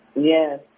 yes